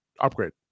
upgrade